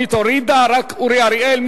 רונית הורידה, רק אורי אריאל.